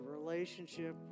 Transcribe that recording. relationship